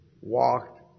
walked